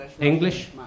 English